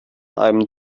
einem